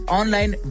online